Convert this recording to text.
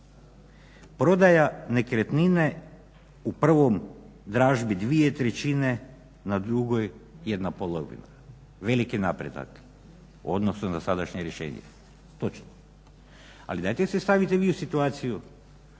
Prodaja nekretnine u prvoj dražbi dvije trećine na drugoj jedna polovina veliki napredak u odnosu na sadašnje rješenje. Točno. Ali dajte se stavite vi u situaciju